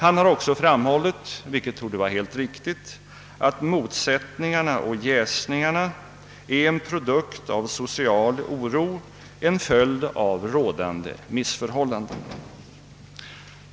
Han har också framhållit, att motsättningarna och jäsningarna är en produkt av social oro, en följd av rådande missförhållanden.